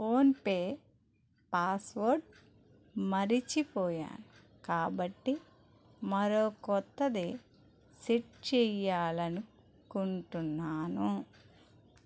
PhonePe password మర్చిపోయాను కాబట్టి మరో కొత్తది సెట్ చేయాలనుకుంటున్నాను